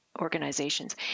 organizations